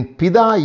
pida